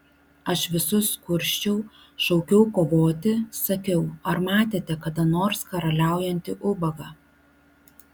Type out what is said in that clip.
aš visus kursčiau šaukiau kovoti sakiau ar matėte kada nors karaliaujantį ubagą